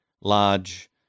large